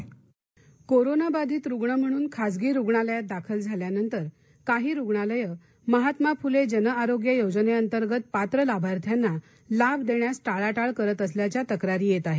अजीत पवार कोरोनाबाधित रुग्ण म्हणून खासगी रुग्णालयात दाखल झाल्यानंतर काही रुग्णालयं महात्मा फुले जन आरोग्य योजनेंतर्गत पात्र लाभार्थ्यांना लाभ देण्यास टाळाटाळ करत असल्याच्या तक्रारी येत आहे